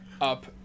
up